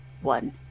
one